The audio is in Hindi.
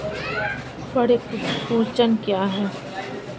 पर्ण कुंचन क्या है?